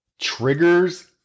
triggers